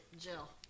Jill